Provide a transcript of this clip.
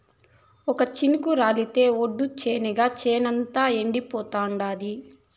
ఒక్క చినుకు రాలితె ఒట్టు, చెనిగ చేనంతా ఎండిపోతాండాది